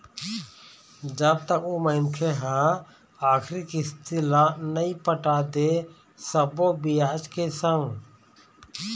जब तक ओ मनखे ह आखरी किस्ती ल नइ पटा दे सब्बो बियाज के संग